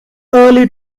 early